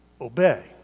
obey